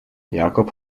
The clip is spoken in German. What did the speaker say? jakob